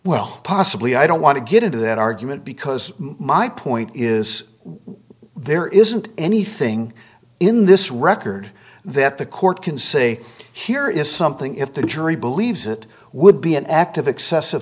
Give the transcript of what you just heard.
well possibly i don't want to get into that argument because my point is there isn't anything in this record that the court can say here is something if the jury believes it would be an act of excessive